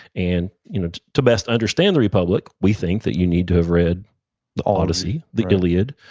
and you know to best understand the republic, we think that you need to have read the odyssey, the iliad,